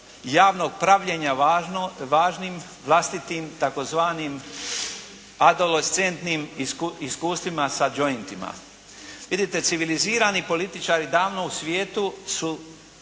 javnog pravljenja važnim vlastitim tzv. adolescentnim iskustvima sa jointima. Vidite, civilizirani političari davno u svijetu su